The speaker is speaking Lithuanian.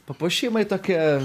papuošimai tokie